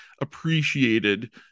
appreciated